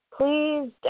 please